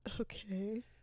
Okay